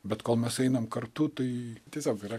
bet kol mes einam kartu tai tiesiog yra